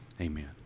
Amen